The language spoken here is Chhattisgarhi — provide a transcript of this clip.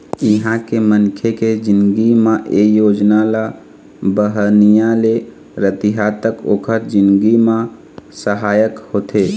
इहाँ के मनखे के जिनगी म ए योजना ल बिहनिया ले रतिहा तक ओखर जिनगी म सहायक होथे